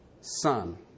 son